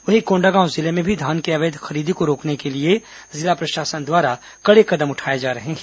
वहीं कोंडागांव जिले में भी धान की अवैध खरीदी को रोकने के लिए जिला प्रशासन द्वारा कड़े कदम उठाए जा रहे हैं